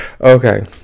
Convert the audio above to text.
okay